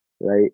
right